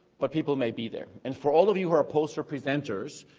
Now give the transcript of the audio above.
but people may be there. and for all of you who are poster presenters,